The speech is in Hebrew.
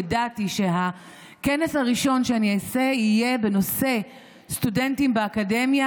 ידעתי שהכנס הראשון שאני אעשה יהיה בנושא סטודנטים באקדמיה